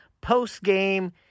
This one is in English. post-game